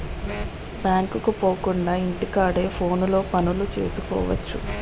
బ్యాంకుకు పోకుండా ఇంటి కాడే ఫోనులో పనులు సేసుకువచ్చు